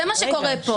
זה מה שקורה כאן.